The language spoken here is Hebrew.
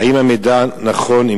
1. האם המידע נכון?